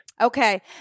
Okay